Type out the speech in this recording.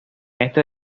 esta